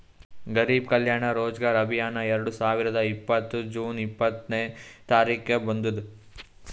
ಗರಿಬ್ ಕಲ್ಯಾಣ ರೋಜಗಾರ್ ಅಭಿಯಾನ್ ಎರಡು ಸಾವಿರದ ಇಪ್ಪತ್ತ್ ಜೂನ್ ಇಪ್ಪತ್ನೆ ತಾರಿಕ್ಗ ಬಂದುದ್